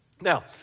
Now